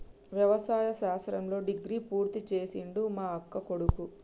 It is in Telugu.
వ్యవసాయ శాస్త్రంలో డిగ్రీ పూర్తి చేసిండు మా అక్కకొడుకు